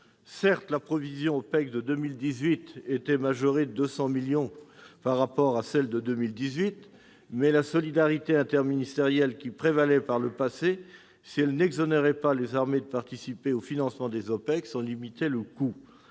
Certes, la provision OPEX était majorée de 200 millions d'euros en 2018 par rapport à 2017, mais la solidarité interministérielle qui prévalait par le passé, si elle n'exonérait pas les armées de participer au financement des OPEX, en limitait le coût-